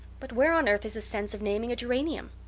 but where on earth is the sense of naming a geranium?